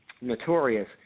Notorious